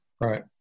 Right